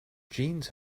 jeans